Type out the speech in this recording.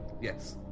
Yes